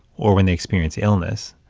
or when they experience illness,